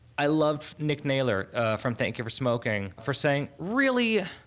i love nick naylor from thank you for smoking for saying, really?